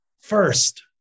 first